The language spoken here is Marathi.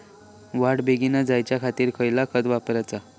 वाढ बेगीन जायच्या खातीर कसला खत वापराचा?